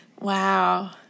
Wow